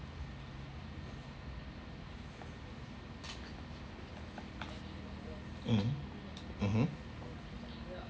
mmhmm mmhmm